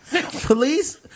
Police